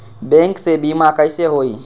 Bank से बिमा कईसे होई?